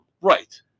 Right